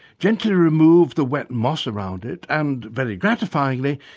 gently removed the wet moss around it and, very gratifyingly,